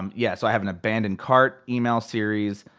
um yeah, so i have an abandoned cart email series.